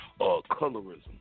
colorism